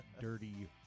dirty